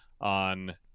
on